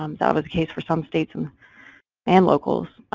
um that was a case for some states um and locals.